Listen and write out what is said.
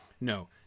No